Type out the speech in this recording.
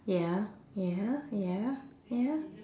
ya ya ya ya